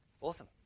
awesome